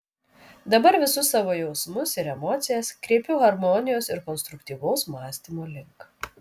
dabar visus savo jausmus ir emocijas kreipiu harmonijos ir konstruktyvaus mąstymo link